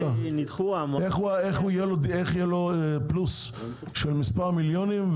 איך יהיה לו פלוס של מספר מיליונים,